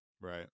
right